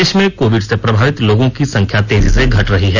देश में कोविड से प्रभावित लोगों की संख्या तेजी से घट रही है